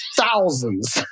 thousands